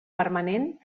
permanent